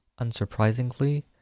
Unsurprisingly